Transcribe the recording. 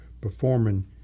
performing